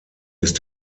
ist